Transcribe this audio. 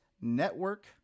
Network